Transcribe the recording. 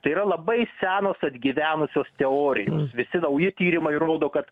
tai yra labai senos atgyvenusios teorijos visi nauji tyrimai rodo kad